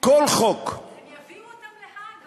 כל חוק הם יביאו אותם להאג,